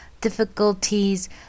difficulties